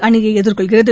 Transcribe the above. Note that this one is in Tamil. அணியை எதிர்கொள்கிறது